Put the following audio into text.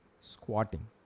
squatting